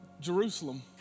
Jerusalem